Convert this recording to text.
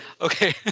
Okay